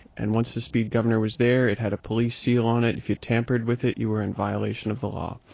and once the speed governor was there, it had a police seal on it. if you tampered with it, you were in violation of the law.